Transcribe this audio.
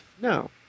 No